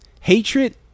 hatred